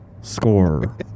Score